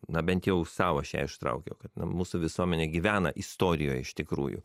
na bent jau sau aš ją ištraukiau kad na mūsų visuomenė gyvena istorijoj iš tikrųjų